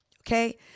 Okay